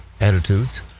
attitudes